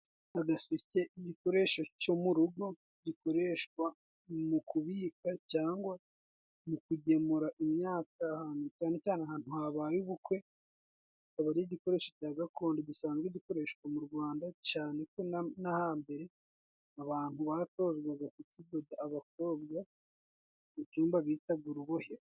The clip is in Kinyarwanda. Igikoresho cyo mu rugo, gikoreshwa mu kubika cyangwa mu kugemura imyaka ahantu habaye ubukwe, akaba ari igikoresho cya gakondo gisanzwe gikoreshwa mu rwanda, cyane ko no hambere, abantu batozwaga kukidoda abakobwa, mu cyumba bitaga urubohero.